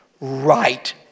right